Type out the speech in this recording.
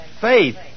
faith